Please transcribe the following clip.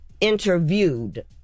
interviewed